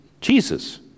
Jesus